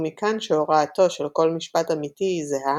ומכאן שהוראתו של כל משפט אמיתי היא זהה,